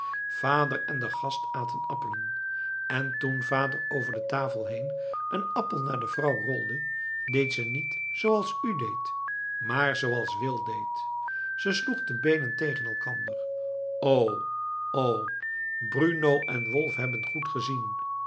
vader en de gast aten appelen en toen vader over de tafel heen een appel naar de vrouw rolde deed ze niet zooals u deed maar zooals wil deed ze sloeg de beenen tegen elkander o o bruno en wolf hebben goed gezien